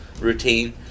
routine